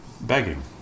begging